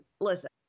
listen